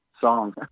song